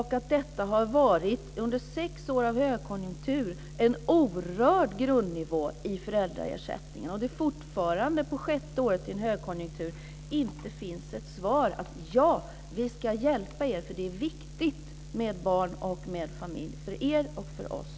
Detta har under sex år av högkonjunktur varit en orörd grundnivå i föräldraersättningen. Fortfarande, på sjätte året i en högkonjunktur, finns fortfarande inte svaret: Ja, vi ska hjälpa er för det är viktigt med barn och med familj för er och för oss.